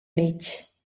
letg